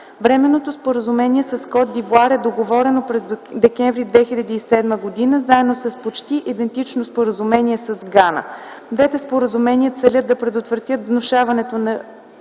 Временното споразумение с Кот д’Ивоар е договорено през м. декември 2007 г., заедно с почти идентично споразумение с Гана. Двете споразумения целят да предотвратят влошаването на